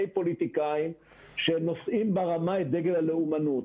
פוליטיקאים שנושאים ברמה את דגל הלאומנות.